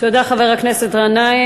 תודה, חבר הכנסת גנאים.